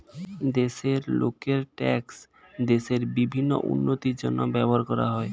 দেশের লোকের ট্যাক্স দেশের বিভিন্ন উন্নতির জন্য ব্যবহার করা হয়